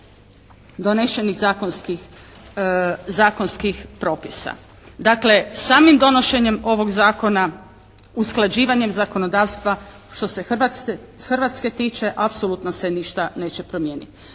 donesenih zakonskih propisa. Dakle, samim donošenjem ovog zakona, usklađivanjem zakonodavstva što se Hrvatske tiče apsolutno se ništa neće promijeniti.